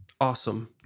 Awesome